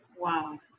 Wow